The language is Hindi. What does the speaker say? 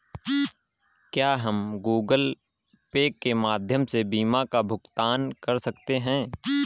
क्या हम गूगल पे के माध्यम से बीमा का भुगतान कर सकते हैं?